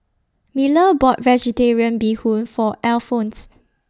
Miller bought Vegetarian Bee Hoon For Alphons